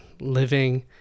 living